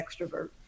extrovert